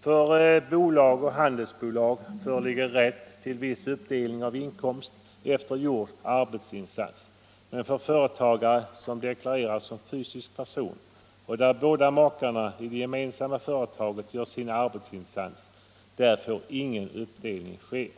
För bolag och handelsbolag föreligger rätt till viss uppdelning av inkomst efter gjord arbetsinsats, men för företagare som deklarerar som fysisk person och där båda makar i det gemensamma företaget gör sin arbetsinsats får ingen uppdelning ske.